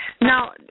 Now